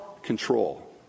control